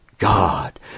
God